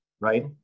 right